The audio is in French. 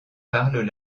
parlent